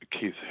Keith